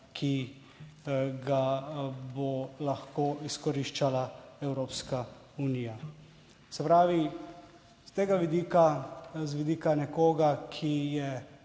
ki ga bo lahko izkoriščala Evropska unija. Se pravi, s tega vidika, z vidika nekoga, ki je